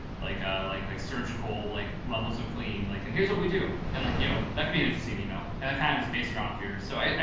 like, like, like surgical, like levels of clean, like, and here's what we do. and like, you know, that could be an interesting email and that kind of is based around fear. so i, i,